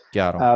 Chiaro